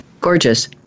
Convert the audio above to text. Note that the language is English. Gorgeous